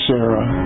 Sarah